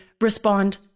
respond